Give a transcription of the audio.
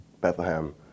Bethlehem